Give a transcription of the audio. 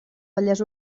vallès